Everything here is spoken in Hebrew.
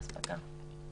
האספקה.